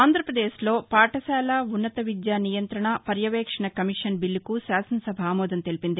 అంధ్రాపదేశ్లో పాఠశాల ఉన్నత విద్య నియంత్రణ పర్యవేక్షణ కమిషన్ బీల్లకు శాసనసభ ఆమోదం తెలిపింది